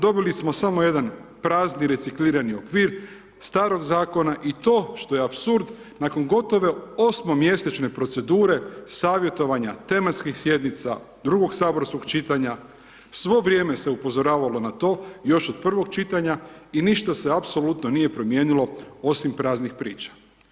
Dobili smo samo jedan prazni reciklirani okvir starog zakona i to što je apsurd nakon gotovo osmomjesečne procedure, savjetovanja, tematskih sjednica, drugog saborskog čitanja, svo vrijeme se upozoravalo na to još od prvog čitanja i ništa se apsolutno nije promijenilo osim praznih priča.